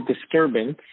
disturbance